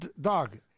dog